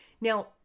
Now